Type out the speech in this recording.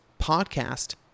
podcast